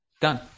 done